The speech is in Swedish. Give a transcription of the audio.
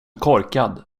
korkad